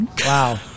Wow